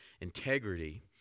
Integrity